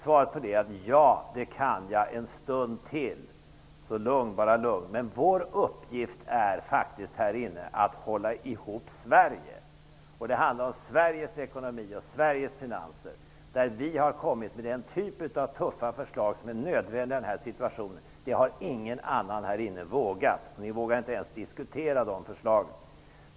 Svaret på den frågan är: Ja, det kan jag en stund till. Lugn, bara lugn, vår uppgift här inne är faktiskt att hålla ihop Sverige. Det handlar om Sveriges ekonomi och Sveriges finanser. Vi har kommit med den typ av tuffa förslag som är nödvändiga i den här situationen. Det har ingen annan här inne vågat. Ni vågar inte ens diskutera de förslagen.